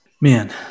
man